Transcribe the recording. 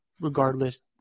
regardless